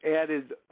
added